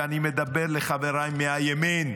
ואני מדבר לחבריי מהימין: